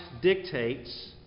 dictates